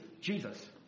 Jesus